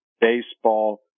baseball